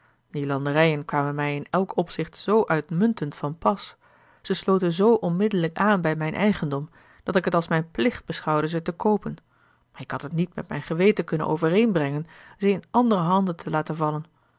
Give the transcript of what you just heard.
die landerijen kwamen mij in elk opzicht zoo uitmuntend van pas ze sloten zoo onmiddellijk aan bij mijn eigendom dat ik het als mijn plicht beschouwde ze te koopen ik had het niet met mijn geweten kunnen overeenbrengen ze in andere handen te laten vallen